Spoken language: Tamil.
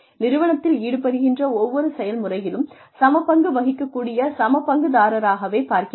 நிறுவனத்தில் ஈடுபடுகின்ற ஒவ்வொரு செயல்முறையிலும் சம பங்கு வகிக்கக்கூடிய சம பங்குதாரராகவே பார்க்கிறது